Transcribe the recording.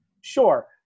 Sure